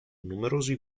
numerosi